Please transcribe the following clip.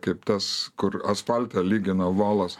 kaip tas kur asfaltą lygina volas